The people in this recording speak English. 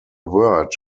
word